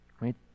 Right